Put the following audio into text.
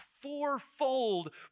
fourfold